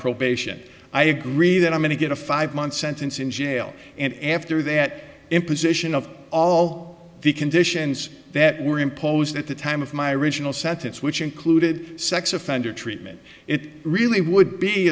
probation i agree that i'm going to get a five month sentence in jail and after that imposition of all the conditions that were imposed at the time of my original sentence which in wounded sex offender treatment it really would be